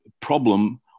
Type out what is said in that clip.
problem